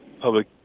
public